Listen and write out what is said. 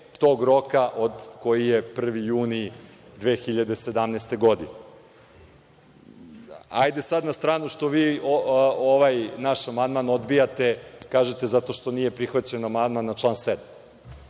tog roka, koji je 1. juni 2017. godine. Hajde sad na stranu što vi ovaj naš amandman odbijate. Kažete zato što nije prihvaćen amandman na član 7.